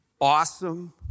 awesome